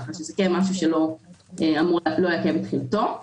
כך שזה דבר שלא יעכב את תחילתו.